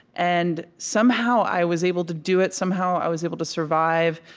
and somehow i was able to do it. somehow, i was able to survive.